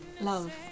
love